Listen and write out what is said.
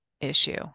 issue